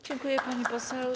Dziękuję, pani poseł.